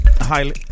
highly